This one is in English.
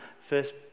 first